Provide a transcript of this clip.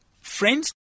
friends